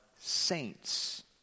saints